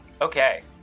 Okay